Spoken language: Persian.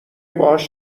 باهاش